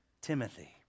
Timothy